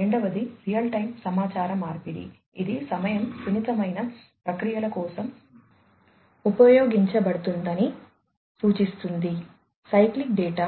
రెండవది real time సమాచార మార్పిడి ఇది సమయం సున్నితమైన ప్రక్రియల కోసం ఉపయోగించబడుతుందని సూచిస్తుంది సైక్లిక్ డేటా